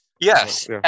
Yes